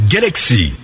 Galaxy